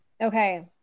Okay